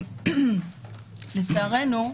לצערנו,